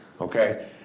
Okay